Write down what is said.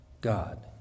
God